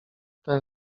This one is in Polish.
ten